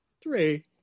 three